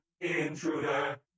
intruder